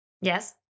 Yes